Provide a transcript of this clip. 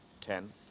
Ten